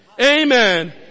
amen